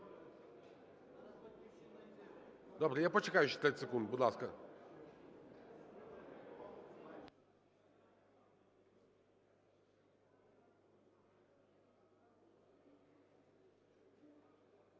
Добре, я почекаю ще 30 секунд, будь ласка.